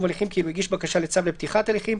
הליכים כאילו הגיש בקשה לצו לפתיחת הליכים,